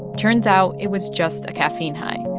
turns out, it was just a caffeine high.